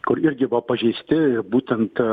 kur irgi buvo pažeisti būtent